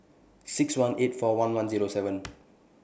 six one eight four one one Zero seven